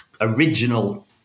original